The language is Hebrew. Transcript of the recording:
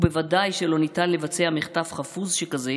ובוודאי שלא ניתן לבצע מחטף חפוז שכזה